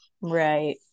right